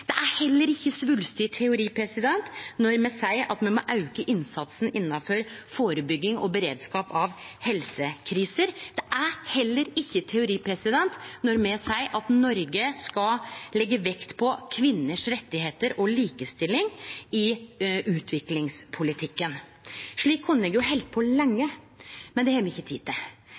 Det er heller ikkje svulstig teori når me seier at me må auke innsatsen innanfor førebygging av og beredskap på helsekriser. Det er heller ikkje teori når me seier at Noreg skal leggje vekt på kvinners rettar og likestilling i utviklingspolitikken. Slik kunne eg halde på lenge, men det har me ikkje tid til.